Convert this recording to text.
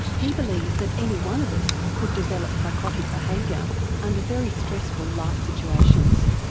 he believes that any one of us could develop psychotic behaviour under very stressful life situations.